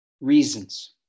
reasons